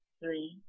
three